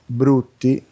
brutti